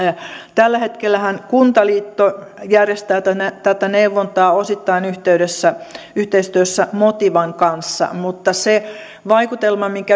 tällä hetkellähän kuntaliitto järjestää tätä neuvontaa osittain yhteistyössä motivan kanssa mutta sen vaikutelman